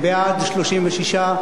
בעד, 36,